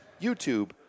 YouTube